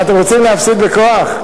אתם רוצים להפסיד בכוח?